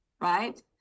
Right